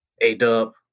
A-Dub